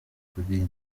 kuri